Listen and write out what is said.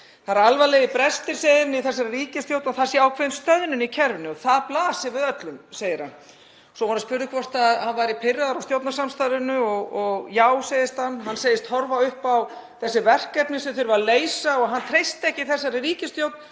Það eru alvarlegir brestir, segir hann, í þessari ríkisstjórn og það sé ákveðin stöðnun í kerfinu og það blasi við öllum. Svo var hann spurður hvort hann væri pirraður á stjórnarsamstarfinu. Já, segir hann, og segist horfa á þessi verkefni sem þurfi að leysa og hann treysti ekki þessari ríkisstjórn